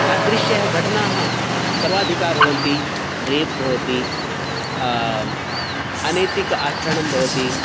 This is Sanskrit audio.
तादृश्यः घटनाः सर्वाधिकाः भवन्ति रेप् भवति अनैतिक आचरणं भवति